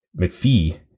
McPhee